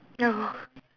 ya hor